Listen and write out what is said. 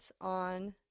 on